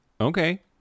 Okay